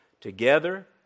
Together